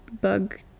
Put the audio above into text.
bug